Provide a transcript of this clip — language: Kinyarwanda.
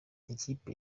ikipe